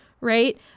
right